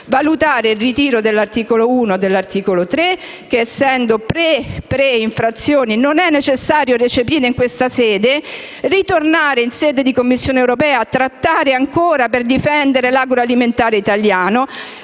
- il ritiro dell'articolo 1 e dell'articolo 3 che, essendo in fase di preinfrazione, non è necessario recepire in questa sede; vi chiedo di tornare in sede di Commissione europea e trattare ancora per difendere l'agroalimentare italiano